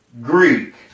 Greek